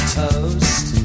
toast